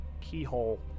keyhole